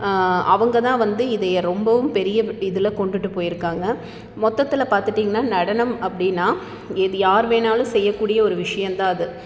அவங்க தான் வந்து இதையை ரொம்பவும் பெரிய இதில் கொண்டுட்டு போயிருக்காங்க மொத்தத்தில் பார்த்துட்டீங்கனா நடனம் அப்படினா இது யார்வேணாலும் செய்யக்கூடிய ஒரு விஷயோந்தான் அது